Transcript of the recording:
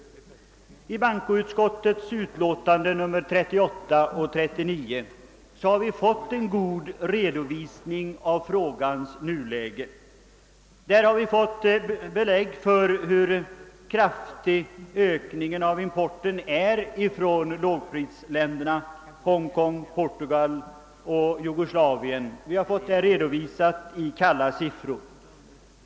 I bankoutskottets utlåtanden nr 38 och 39 har det lämnats en god redovisning av frågans nuläge. Där har vi fått belägg för uppfattningen att import-' ökningen från lågprisländerna Portugal och Jugoslavien samt från Hongkong har varit mycket kraftig. Den ökningen har redovisats i kalla siffror.